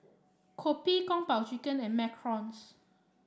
kopi Kung Po Chicken and macarons